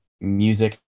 music